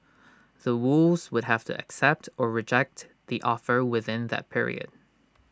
The Woos would have to accept or reject the offer within that period